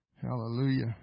Hallelujah